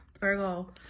Virgo